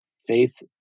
faith